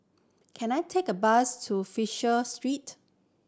can I take a bus to Fisher Street